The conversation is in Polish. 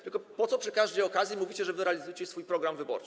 Tylko po co przy każdej okazji mówicie, że wy realizujecie swój program wyborczy?